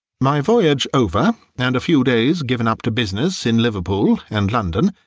my voyage over, and a few days given up to business in liverpool and london,